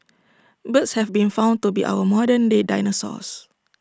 birds have been found to be our modern day dinosaurs